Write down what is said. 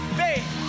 faith